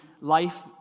life